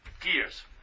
gears